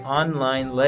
online